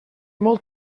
molt